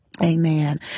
Amen